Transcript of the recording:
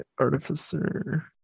Artificer